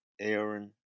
Aaron